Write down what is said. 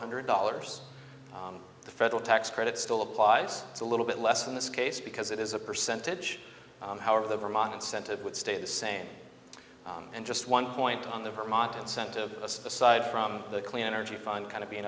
hundred dollars the federal tax credit still applies it's a little bit less in this case because it is a percentage however the vermont incentive would stay the same and just one point on the vermont incentive aside from the clean energy fund kind of being